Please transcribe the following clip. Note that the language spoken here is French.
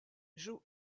joe